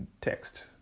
text